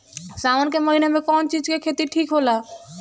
सावन के महिना मे कौन चिज के खेती ठिक होला?